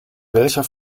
welcher